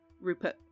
Rupert